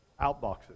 outboxes